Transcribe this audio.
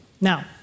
Now